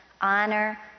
Honor